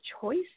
choice